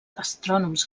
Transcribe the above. astrònoms